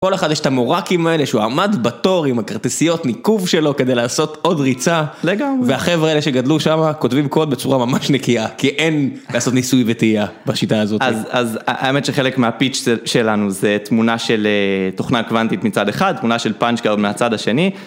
כל אחד יש את המוראקים האלה שהוא עמד בתור עם הכרטיסיות ניקוב שלו כדי לעשות עוד ריצה, והחבר'ה האלה שגדלו שמה כותבים קוד בצורה ממש נקייה כי אין לעשות ניסוי וטעיה בשיטה הזאת. אז האמת שחלק מהפיץ׳ שלנו זה תמונה של תוכנה קוונטית מצד אחד, תמונה של punch card מהצד השני.